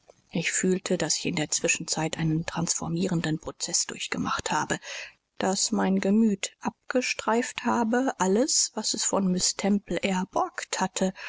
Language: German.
ich fühlte daß ich in der zwischenzeit einen transformierenden prozeß durchgemacht habe daß mein gemüt abgestreift habe alles was es von miß temple erborgt hatte